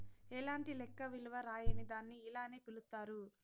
ఎలాంటి లెక్క విలువ రాయని దాన్ని ఇలానే పిలుత్తారు